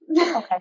okay